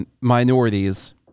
minorities